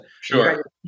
Sure